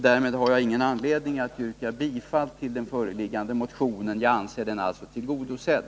Därmed har jag ingen anledning att yrka bifall till den föreliggande motionen. Jag anser den vara tillgodosedd.